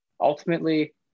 ultimately